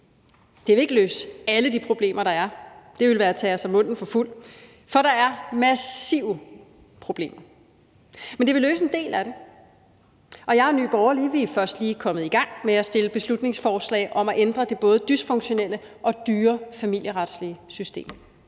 Det vil ikke løse alle de problemer, der er – det ville være at tage munden for fuld – for der er massive problemer. Men det ville løse en del af dem, og jeg og Nye Borgerlige er først lige kommet i gang med at fremsætte beslutningsforslag om at ændre det både dysfunktionelle og dyre familieretslige system;